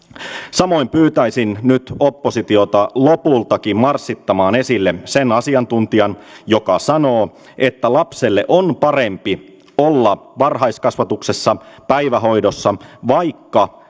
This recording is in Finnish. samoin pyytäisin nyt oppositiota lopultakin marssittamaan esille sen asiantuntijan joka sanoo että lapselle on parempi olla varhaiskasvatuksessa päivähoidossa vaikka